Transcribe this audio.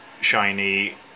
shiny